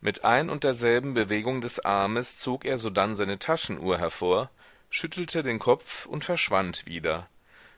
mit ein und derselben bewegung des armes zog er sodann seine taschenuhr hervor schüttelte den kopf und verschwand wieder